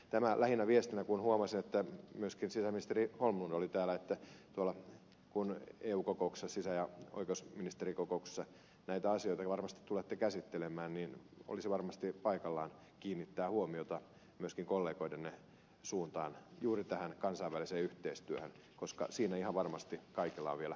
tämä lähinnä viestinä kun huomasin että myöskin sisäasiainministeri holmlund oli täällä että kun eussa sisä ja oikeusministerikokouksessa näitä asioita varmasti tulette käsittelemään niin olisi varmasti paikallaan kiinnittää huomiota myöskin kollegoidenne suuntaan juuri tähän kansainväliseen yhteistyöhön koska siinä ihan varmasti kaikilla on vielä parantamisen varaa